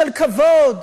של כבוד,